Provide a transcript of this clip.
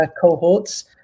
cohorts